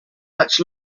much